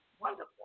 Wonderful